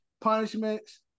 punishments